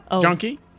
junkie